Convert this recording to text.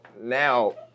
now